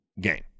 game